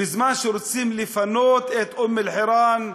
בזמן שרוצים לפנות את אום-אלחיראן,